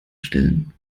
stellen